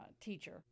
teacher